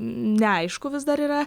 neaišku vis dar yra